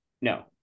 No